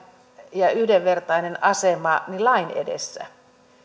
ja yhdenvertainen asema lain edessä